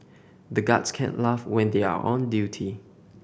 the guards can't laugh when they are on duty